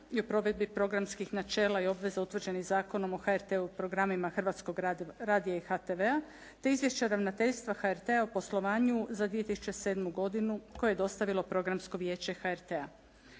i o provedbi programskih načela i obveza utvrđenih Zakonom o HRT-u programima Hrvatskog radija i HTV-a te Izvješća ravnateljstva HRT-a o poslovanju za 2007. godinu koje je dostavilo Programsko vijeće HRT-a.